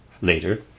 Later